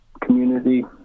community